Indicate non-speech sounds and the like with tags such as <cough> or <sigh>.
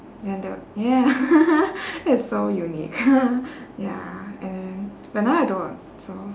ya the ya <laughs> that's so unique ya and then but now I don't so